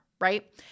right